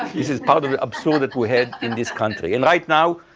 this is part of the absurd that we had in this country. and right now,